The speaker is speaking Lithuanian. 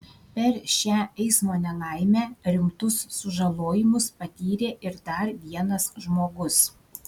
per šią eismo nelaimę rimtus sužalojimus patyrė ir dar vienas žmogus